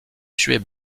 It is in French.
tuer